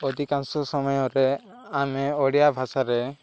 ଅଧିକାଂଶ ସମୟରେ ଆମେ ଓଡ଼ିଆ ଭାଷାରେ